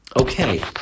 Okay